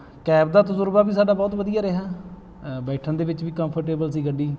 cab ਦਾ ਤਜ਼ਰਬਾ ਵੀ ਸਾਡਾ ਬਹੁਤ ਵਧੀਆ ਰਿਹਾ ਬੈਠਣ ਦੇ ਵਿੱਚ ਵੀ ਕੰਫਰਟੇਬਲ ਸੀ ਗੱਡੀ